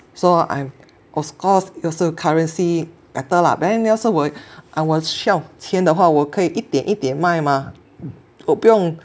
so I'm of course 就是 currency better lah then 要是我啊我需要五千的话我可以一点一点卖嘛我不用